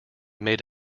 made